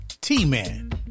t-man